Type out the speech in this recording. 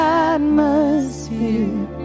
atmosphere